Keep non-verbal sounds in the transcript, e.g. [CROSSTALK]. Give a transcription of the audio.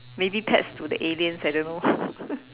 maybe pets to the aliens I don't know [LAUGHS]